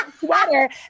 sweater